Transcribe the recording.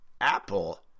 Apple